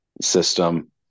system